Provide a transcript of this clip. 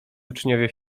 uczniowie